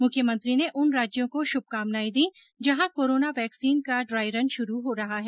मुख्यमंत्री ने उन राज्यों को शुभकामनाए दी जहां कोरोना वैक्सीन का ड्राईरन शुरू हो रहा है